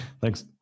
Thanks